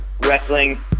wrestling